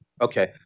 Okay